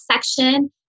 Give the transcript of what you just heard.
section